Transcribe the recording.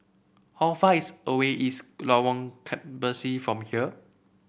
how far is away Lorong Kebasi from here